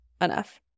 enough